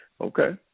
Okay